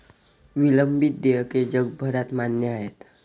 विलंबित देयके जगभरात मान्य आहेत